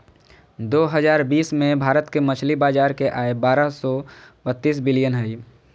दो हजार बीस में भारत के मछली बाजार के आय बारह सो बतीस बिलियन हइ